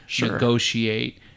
negotiate